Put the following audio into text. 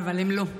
אבל הן לא.